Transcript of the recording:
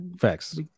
facts